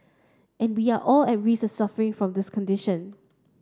and we all are at risk of suffering from this condition